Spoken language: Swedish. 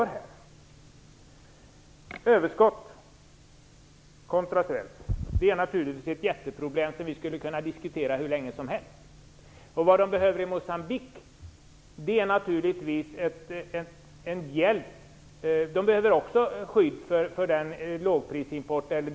Överskott kontra svält är naturligtvis ett jätteproblem som vi kan diskutera hur länge som helst. I Moçambique behöver de hjälp. De behöver också skydd mot en lågprisimport.